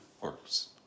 works